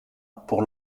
pour